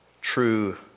true